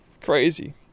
Crazy